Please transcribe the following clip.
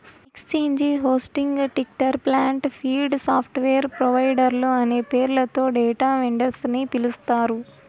exchange hosting, ticker plant, feed, software ప్రొవైడర్లు అనే పేర్లతో డేటా వెండర్స్ ని పిలుస్తారు